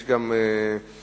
יש נושא נוסף,